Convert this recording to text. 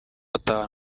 atanu